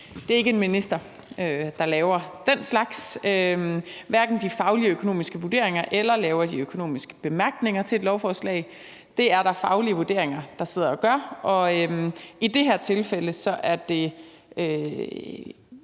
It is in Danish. Det er ikke en minister, der laver den slags, hverken de fagligøkonomiske vurderinger eller de økonomiske bemærkninger til et lovforslag, det er der nogle andre der sidder gøre, og i det her tilfælde er det